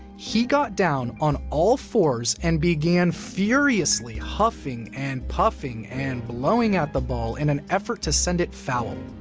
he got down on all fours and began furiously huffing and puffing and blowing at the ball in an effort to send it foul,